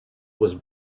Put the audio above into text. was